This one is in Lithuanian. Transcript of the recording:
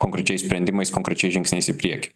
konkrečiais sprendimais konkrečiais žingsniais į priekį